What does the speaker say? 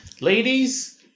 ladies